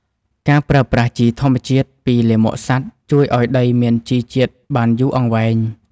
ការប្រើប្រាស់ជីធម្មជាតិពីលាមកសត្វ ជួយឱ្យដីមានជីជាតិបានយូរអង្វែង។